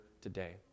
today